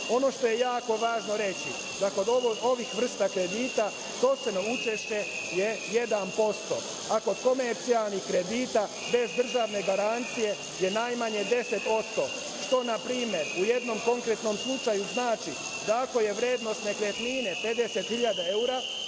što je jako važno reći da kod ovih vrsta kredita procenat učešća je 1%, a kod komercijalnih kredita bez državne garancije je najmanje 10%, što npr. u jednom konkretnom slučaju znači da ako je vrednost nekretnine 50.000 eura,